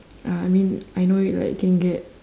uh I mean I know it like it can get